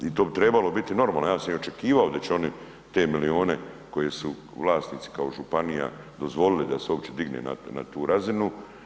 I to bi trebalo biti normalno, ja sam i očekivao da će oni te milijune koje su vlasnici kao županija dozvolili da se uopće digne na tu razinu.